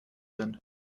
sind